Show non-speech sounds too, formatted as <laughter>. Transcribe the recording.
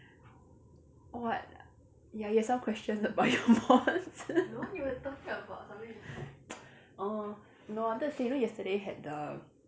what ya you have some questions about your mods <laughs> oh no I wanted to say you know yesterday had the